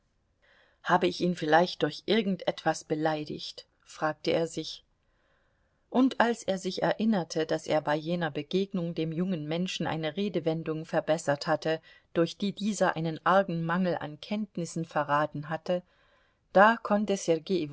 habe ich ihn vielleicht durch irgend etwas beleidigt fragte er sich und als er sich erinnerte daß er bei jener begegnung dem jungen menschen eine redewendung verbessert hatte durch die dieser einen argen mangel an kenntnissen verraten hatte da konnte